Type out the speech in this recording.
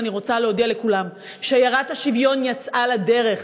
אני רוצה להודיע לכולם: שיירת השוויון יצאה לדרך,